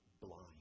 blind